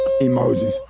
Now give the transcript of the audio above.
emojis